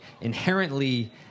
inherently